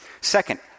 Second